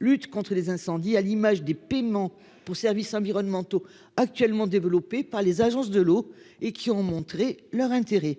Lutte contre les incendies, à l'image des paiements pour services environnementaux actuellement développées par les agences de l'eau et qui ont montré leur intérêt.